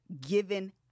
given